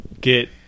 get